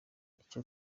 icyo